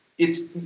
it's,